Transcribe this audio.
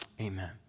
amen